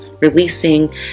Releasing